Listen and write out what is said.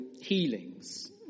healings